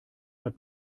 hat